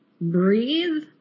breathe